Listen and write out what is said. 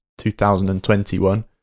2021